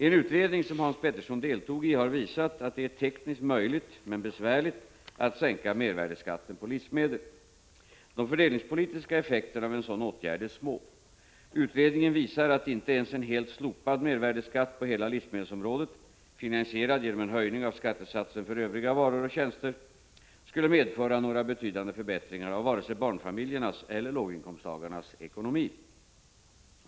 En utredning, som Hans Petersson deltog i, har visat att det är tekniskt möjligt men besvärligt att sänka mervärdeskatten på livsmedel. De fördelningspolitiska effekterna av en sådan åtgärd är små. Utredningen visar att inte ens en helt slopad mervärdeskatt på hela livsmedelsområdet — finansierad genom en höjning av skattesatsen för övriga varor och tjänster — skulle medföra några betydande förbättringar av vare sig barnfamiljernas eller låginkomsttagarnas ekonomi.